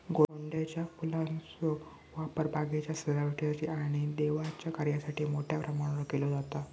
गोंड्याच्या फुलांचो वापर बागेच्या सजावटीसाठी आणि देवाच्या कार्यासाठी मोठ्या प्रमाणावर केलो जाता